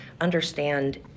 understand